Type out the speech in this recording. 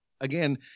again